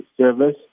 service